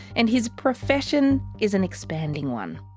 and his profession is an expanding one.